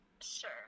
Sure